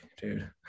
dude